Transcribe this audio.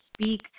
speak